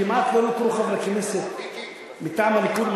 כמעט לא נותרו חברי כנסת מטעם הליכוד,